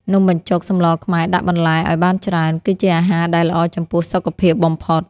នំបញ្ចុកសម្លខ្មែរដាក់បន្លែឱ្យបានច្រើន គឺជាអាហារដែលល្អចំពោះសុខភាពបំផុត។